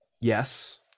yes